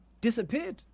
Disappeared